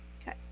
Okay